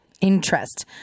Interest